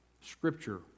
Scripture